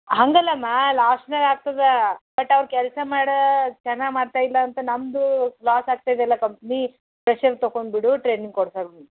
ಹಾಗಲ್ಲಮ್ಮ ಲಾಸ್ನೇ ಆಗ್ತದೆ ಬಟ್ ಅವ್ರು ಕೆಲಸ ಮಾಡೋ ಚೆನ್ನಾಗಿ ಮಾಡ್ತಾಯಿಲ್ಲ ಅಂತ ನಮ್ಮದು ಲಾಸ್ ಆಗ್ತದೆಲ್ಲ ಕಂಪ್ನಿ ಫ್ರೆಶರ್ ತಗೊಂಡ್ಬಿಡು ಟ್ರೈನಿಂಗ್ ಕೊಡಿಸೋಣ